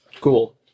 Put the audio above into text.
Cool